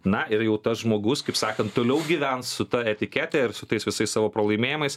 na ir jau tas žmogus kaip sakant toliau gyvens su ta etikete ir su tais visais savo pralaimėjimais